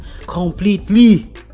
Completely